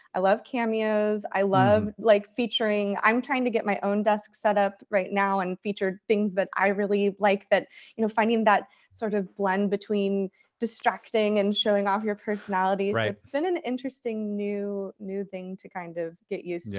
i love cameos. i love, like, featuring. i'm trying to get my own desk set up right now and feature things that i really like, that you know finding that sort of blend between distracting and showing off your personality. so it's been an interesting new new thing to kind of get used yeah